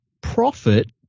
profit